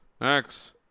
next